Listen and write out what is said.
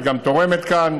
גם את תורמת כאן,